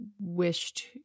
wished